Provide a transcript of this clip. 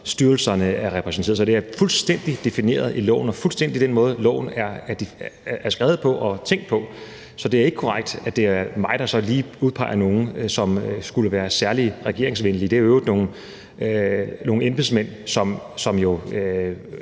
styrelserne er repræsenteret. Så det er fuldstændig defineret i loven, og det er fuldstændig den måde, loven er skrevet på og tænkt på. Så det er ikke korrekt, at det er mig, der så lige udpeger nogen, som skulle være særlig regeringsvenlige. Det er jo i øvrigt nogle embedsmænd, som